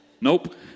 Nope